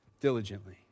diligently